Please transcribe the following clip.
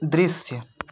दृश्य